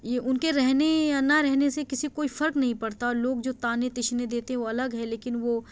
یہ اُن کے رہنے یا نہ رہنے سے کسی کو کوئی فرق نہیں پڑتا لوگ جو طعنے تشنے دیتے وہ الگ ہے لیکن وہ